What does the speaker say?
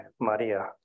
Maria